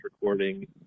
recording